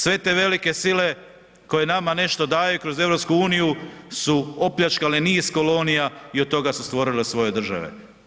Sve te velike sile koje nama nešto daju kroz EU su opljačkali niz kolonija i od toga su stvorile svoje države.